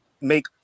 make